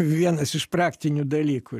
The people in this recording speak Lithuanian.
vienas iš praktinių dalykų